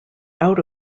out